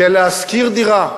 כי להשכיר דירה,